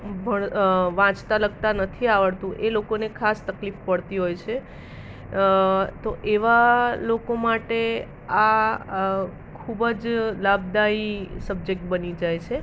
ભણ વાંચતાં લખતા નથી આવડતું એ લોકોને ખાસ તકલીફ પડતી હોય છે તો એવા લોકો માટે આ ખૂબ જ લાભદાઈ સબ્જેક્ટ બની જાય છે